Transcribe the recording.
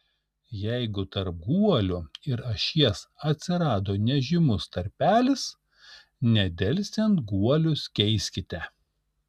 jeigu tarp guolių ir ašies atsirado nežymus tarpelis nedelsiant guolius keiskite